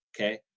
Okay